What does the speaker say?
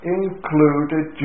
included